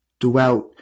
throughout